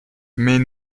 mais